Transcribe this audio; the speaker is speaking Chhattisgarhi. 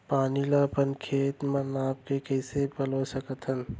पानी ला अपन खेत म नाप के कइसे पलोय सकथन?